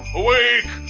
awake